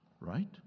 Right